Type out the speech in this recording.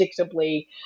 predictably